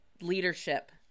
leadership